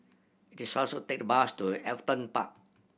it is faster to take the bus to Everton Park